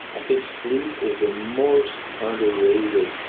i think sleep is the most underrated